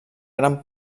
gran